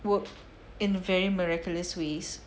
work in very miraculous ways